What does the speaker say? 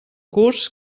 curs